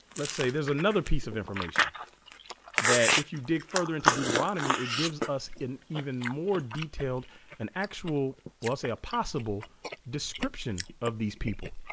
let's say there's another piece of information that if you dig further into deuteronomy it gives us an even more detailed an actual well i'll say a possible description of these people